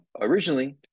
originally